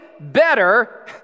better